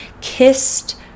kissed